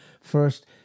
first